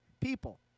People